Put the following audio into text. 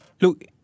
Look